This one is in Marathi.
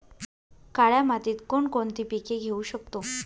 काळ्या मातीत कोणकोणती पिके घेऊ शकतो?